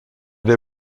der